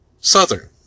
Southern